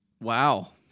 Wow